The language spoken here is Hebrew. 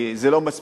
כי זה לא מספיק.